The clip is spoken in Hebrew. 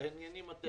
העניינים הטכניים.